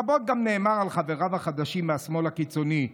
רבות גם נאמר על חבריו החדשים מהשמאל הקיצוני.